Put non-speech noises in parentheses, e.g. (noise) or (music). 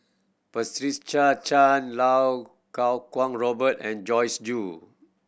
(unintelligible) Chan Iau Kuo Kwong Robert and Joyce Jue